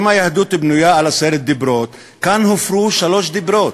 בנויה על עשרה דיברות, כאן הופרו שלושה דיברות,